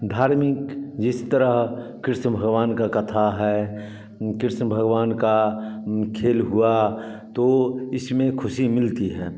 धार्मिक जिस तरह कृष्ण भागवान का कथा है कृष्ण भगवान का ऊ खेल हुआ तो इसमें ख़ुशी मिलती है